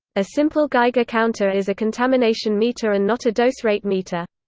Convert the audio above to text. a simple geiger counter is a contamination meter and not a dose rate meter.